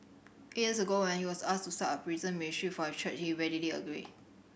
eight years ago when he was asked to start a prison ministry for his church he readily agreed